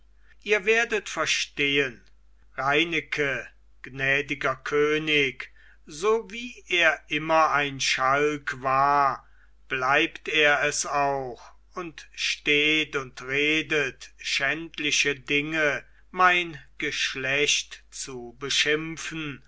ihr werdet verstehen reineke gnädiger könig so wie er immer ein schalk war bleibt er es auch und steht und redet schändliche dinge mein geschlecht zu beschimpfen